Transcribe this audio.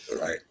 Right